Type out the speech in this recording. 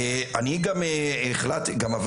אני גם עברתי,